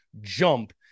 jump